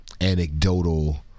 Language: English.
anecdotal